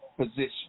position